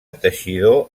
teixidor